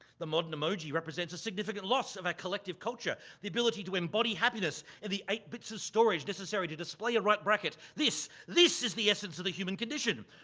the modern emoji represents a significant loss of our collective culture. the ability to embody happiness in the eight bytes of storage necessary to display a right bracket, this, this is the essence of the human condition.